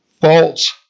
false